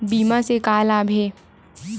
बीमा से का लाभ हे?